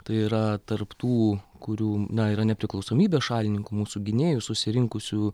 tai yra tarp tų kurių na yra nepriklausomybės šalininkų mūsų gynėjų susirinkusiųjų